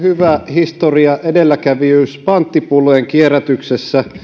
historia edelläkävijyys panttipullojen kierrätyksessä